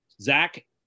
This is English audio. Zach